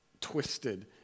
twisted